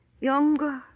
Younger